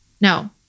no